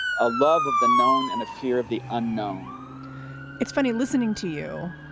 a love of the known and a fear of the unknown it's funny listening to you.